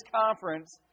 conference